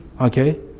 Okay